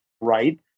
right